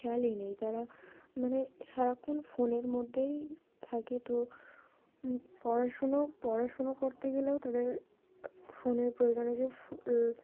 খেয়ালই নেই তারা মানে সারাক্ষণ ফোনের মধ্যেই থাকে তো পড়াশুনো পড়াশুনো করতে গেলেও তাদের ফোনের প্রয়োজননে যে